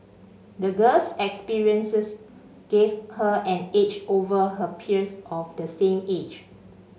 the girl's experiences gave her an edge over her peers of the same age